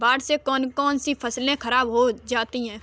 बाढ़ से कौन कौन सी फसल खराब हो जाती है?